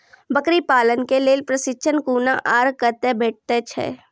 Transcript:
बकरी पालन के लेल प्रशिक्षण कूना आर कते भेटैत छै?